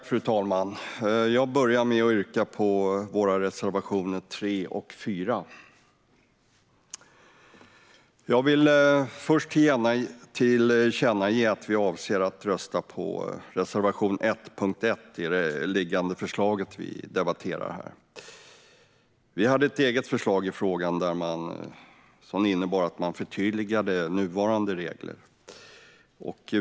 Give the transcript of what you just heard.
Fru talman! Jag börjar med att yrka bifall till våra reservationer 3 och 4. Jag vill först tillkännage att vi avser att rösta ja till reservation 1 under punkt 1 i det liggande förslaget, som vi debatterar här. Vi hade ett eget förslag i frågan som innebar att nuvarande regler förtydligas.